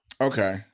Okay